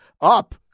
up